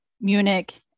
Munich